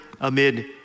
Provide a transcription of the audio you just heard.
amid